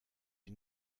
die